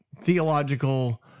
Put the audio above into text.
theological